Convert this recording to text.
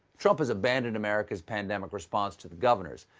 trump has abandoned america's pandemic response to the governors,